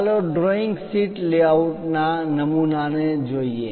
ચાલો drawing sheet layout ના નમૂનાને જોઈએ